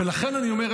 ולכן אני אומר,